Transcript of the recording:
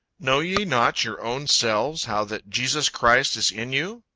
know ye not your own selves how that jesus christ is in you,